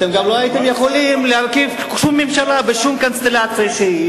אתם גם לא הייתם יכולים להרכיב שום ממשלה בשום קונסטלציה שהיא,